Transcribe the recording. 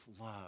love